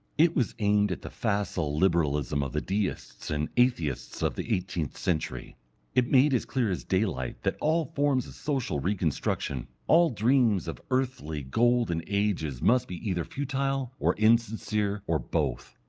it was aimed at the facile liberalism of the deists and atheists of the eighteenth century it made as clear as daylight that all forms of social reconstruction, all dreams of earthly golden ages must be either futile or insincere or both,